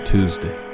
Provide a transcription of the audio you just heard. Tuesday